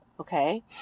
Okay